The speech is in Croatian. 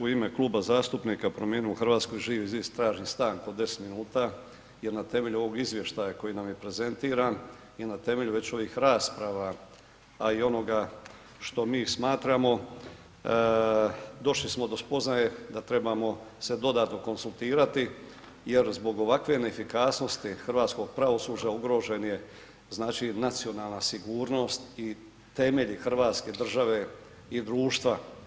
U ime Kluba zastupnika Promijenimo Hrvatsku i Živi zid tražim stanku od 10 minuta jer na temelju ovog izvještaja koji nam je prezentiran i na temelju već ovih rasprava, a i onoga što mi smatramo došli smo do spoznaje da trebamo se dodatno konzultirati jer zbog ovakve neefikasnosti hrvatskog pravosuđa ugrožen je nacionalna sigurnost i temelji Hrvatske države i društva.